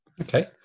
Okay